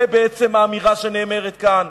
זה בעצם האמירה שנאמרת כאן.